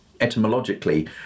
Etymologically